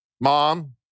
mom